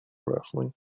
wrestling